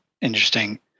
interesting